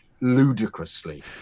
ludicrously